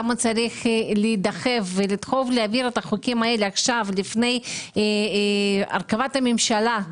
למה צריך לדחוף להעביר את החוקים האלה עכשיו לפני הרכבת הממשלה.